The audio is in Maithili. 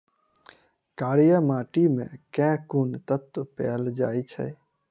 कार्य माटि मे केँ कुन तत्व पैल जाय छै?